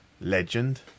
Legend